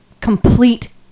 complete